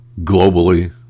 globally